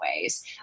ways